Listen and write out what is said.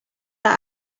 that